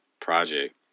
project